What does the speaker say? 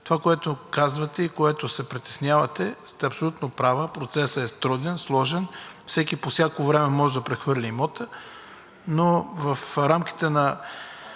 това, което казвате и за което се притеснявате, сте абсолютно права – процесът е труден, сложен, всеки по всяко време може да прехвърли имота. Но в рамките на